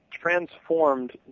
transformed